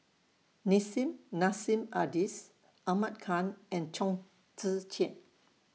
Nissim Nassim Adis Ahmad Khan and Chong Tze Chien